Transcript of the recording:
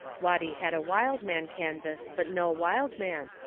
watty had a wild man canvas but no wild man,